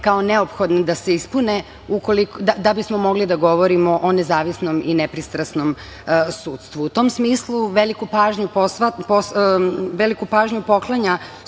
kao neophodne da se ispune da bismo mogli da govorimo o nezavisnom i nepristrasnom sudstvu. U tom smislu, veliku pažnju poklanja